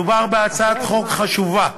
מדובר בהצעת חוק חשובה,